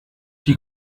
die